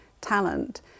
talent